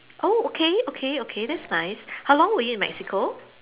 oh okay okay okay that's nice how long were you in Mexico